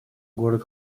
город